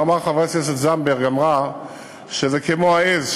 וחברת הכנסת זנדברג אמרה שזה כמו העז,